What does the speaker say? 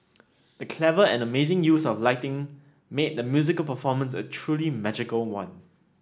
the clever and amazing use of lighting made the musical performance a truly magical one